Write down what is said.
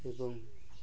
ଏବଂ